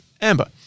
Amber